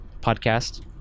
podcast